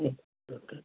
okay